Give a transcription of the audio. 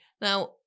Now